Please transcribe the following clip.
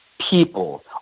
people